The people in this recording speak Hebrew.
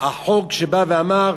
החוק שבא ואמר